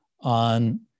on